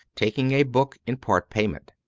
taking a book in part payment.